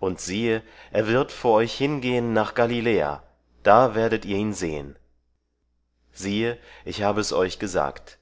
und siehe er wird vor euch hingehen nach galiläa da werdet ihr ihn sehen siehe ich habe es euch gesagt